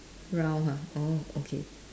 round ha oh okay